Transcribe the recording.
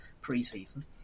pre-season